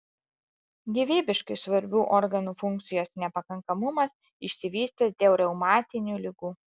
gyvybiškai svarbių organų funkcijos nepakankamumas išsivystęs dėl reumatinių ligų